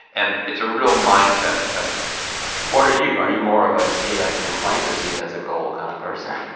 and it's a real mindset thing what are you? are you more of a see it as a complaint or see it as a goal kind of person?